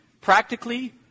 practically